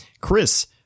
Chris